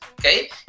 okay